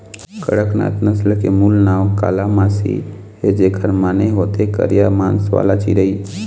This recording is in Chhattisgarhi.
कड़कनाथ नसल के मूल नांव कालामासी हे, जेखर माने होथे करिया मांस वाला चिरई